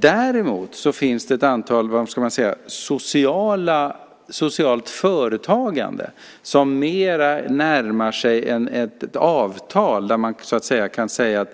Däremot finns det socialt företagande som mer närmar sig ett avtal, till exempel